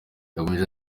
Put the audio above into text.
yakomeje